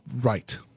right